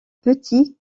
petit